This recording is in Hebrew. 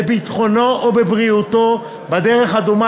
בביטחונו או בבריאותו בדרך הדומה